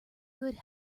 good